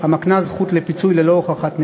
המקנה זכות לפיצוי ללא הוכחת נזק.